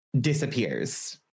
disappears